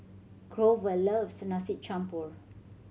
Grover loves Nasi Campur